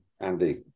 Andy